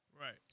Right